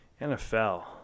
NFL